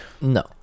no